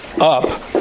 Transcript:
up